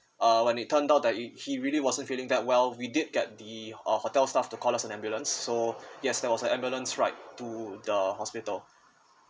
uh when it turned out that he he really wasn't feeling that well we did get the a hotel staff to call us an ambulance so yes there was a ambulance ride to the hospital